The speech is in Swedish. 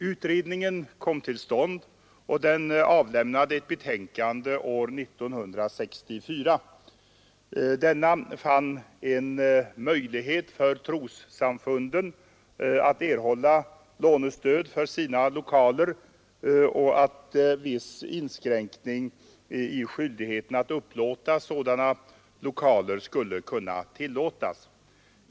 Utredningen kom till stånd, och den avlämnade ett betänkande år 1964. Utredningen fann en möjlighet för trossamfunden att erhålla lånestöd för sina lokaler och menade, att viss inskränkning i skyldigheten att upplåta sådana lokaler skulle kunna medges.